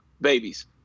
babies